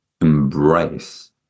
embrace